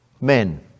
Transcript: men